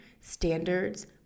standards